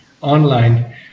online